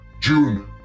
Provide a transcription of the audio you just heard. June